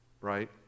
right